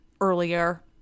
earlier